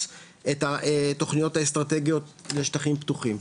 את התוכניות האסטרטגיות לשטחים פתוחים.